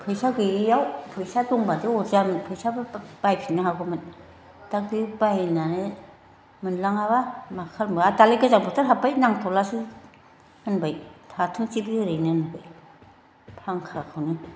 फैसा गैयियाव फैसा दंबाथ' अरजायामोन फैसाबा बायफिननो हागौमोन दा बे बायनानै मोनलाङाबा मा खालामनो आरो दालाय गोजां बोथोर हाब्बाय नांथलासो होनबाय थाथोंसै बे ओरैनो होनबाय फांखाखौनो